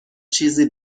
چیزی